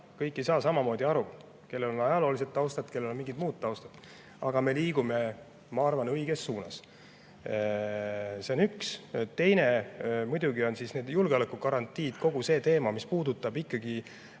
Kõik ei saa samamoodi aru – kellel on ajalooline taust teine, kellel mingi muu taust. Aga me liigume, ma arvan, õiges suunas. See on üks. Teine on muidugi julgeolekugarantiid, kogu see teema, mis puudutab ikkagi